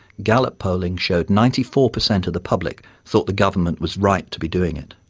gallop polling showed ninety four percent of the public thought the government was right to be doing it.